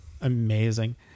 amazing